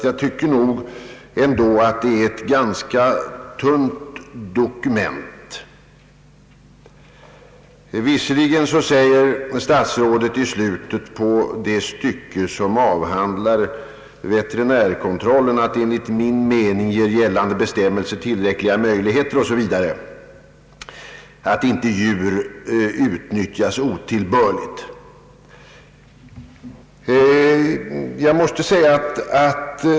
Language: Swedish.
Jag tycker att det ändå är ett ganska tunt dokument. Visserligen säger statsrådet i slutet av det stycke som avhandlar veterinärkontrollen att enligt hans mening ger gällande bestämmelser tillräckliga möjligheter att hindra att djur utnyttjas otillbörligt.